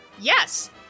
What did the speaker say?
yes